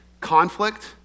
conflict